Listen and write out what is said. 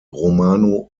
romano